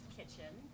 kitchen